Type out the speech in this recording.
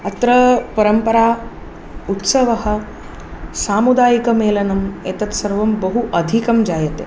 अत्र परम्परा उत्सवः सामुदायिकमेलनम् एतत्सर्वं बहु अधिकं जायते